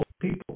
people